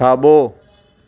खाॿो